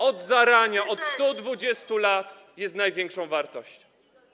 od zarania, od 120 lat jest największą wartością.